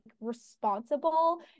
responsible